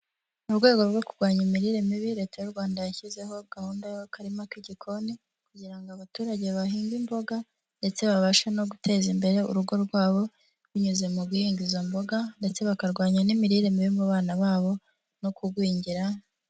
Mu rwego rwo kurwanya imirire mibi, leta y'u Rwanda yashyizeho gahunda y'akarima k'igikoni kugira ngo abaturage bahinge imboga ndetse babashe no guteza imbere urugo rwabo, binyuze mu guhinga izo mboga ndetse bakarwanya n'imirire mibi mu bana babo no kugwingira...